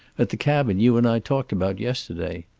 at the cabin you and i talked about yesterday.